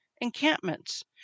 encampments